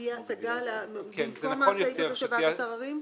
תהיה השגה במקום הסעיף הזה של ועדת עררים?